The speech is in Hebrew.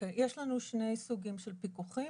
יש לנו שני סוגים של פיקוחים.